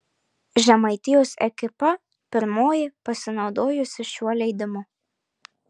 žemaitijos ekipa pirmoji pasinaudojusi šiuo leidimu